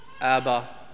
Abba